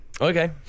Okay